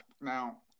now